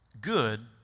good